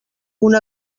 una